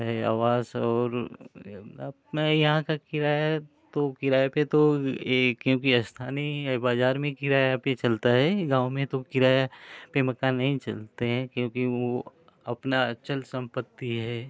है आवास और अपना यहाँ का किराया तो किराये पर तो एक क्योंकि स्थानीय बाज़ार में किराया पर चलता है गाँव में तो किराया पर मकान नहीं चलते हैं क्योंकि वह अपनी अचल सम्पत्ति है